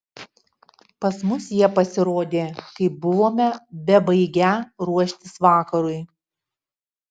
pas mus jie pasirodė kai buvome bebaigią ruoštis vakarui